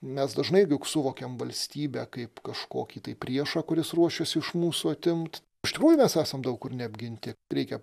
mes dažnai juk suvokiam valstybę kaip kažkokį tai priešą kuris ruošiasi iš mūsų atimt iš tikrųjų mes esam daug kur neapginti reikia